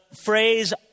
phrase